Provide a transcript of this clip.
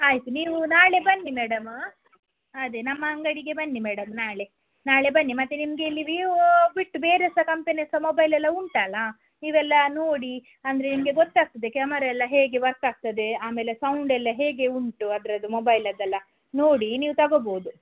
ಆಯಿತು ನೀವು ನಾಳೆ ಬನ್ನಿ ಮೇಡಮ ಅದೆ ನಮ್ಮ ಅಂಗಡಿಗೆ ಬನ್ನಿ ಮೇಡಮ್ ನಾಳೆ ನಾಳೆ ಬನ್ನಿ ಮತ್ತು ನಿಮಗೆ ಇಲ್ಲಿ ವಿವೋ ಬಿಟ್ಟು ಬೇರೆ ಸಹ ಕಂಪ್ನಿಯದ್ದು ಸಹ ಮೊಬೈಲೆಲ್ಲ ಉಂಟಲ್ಲ ನೀವೆಲ್ಲ ನೋಡಿ ಅಂದರೆ ನಿಮಗೆ ಗೊತ್ತಾಗ್ತದೆ ಕ್ಯಾಮರ ಎಲ್ಲ ಹೇಗೆ ವರ್ಕ್ ಆಗ್ತದೆ ಆಮೇಲೆ ಸೌಂಡ್ ಎಲ್ಲ ಹೇಗೆ ಉಂಟು ಅದರದು ಮೊಬೈಲದ್ದೆಲ್ಲ ನೋಡಿ ನೀವು ತಗೊಬೋದು